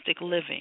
living